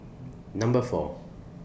Number four